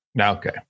Okay